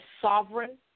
sovereign